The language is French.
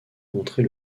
montrer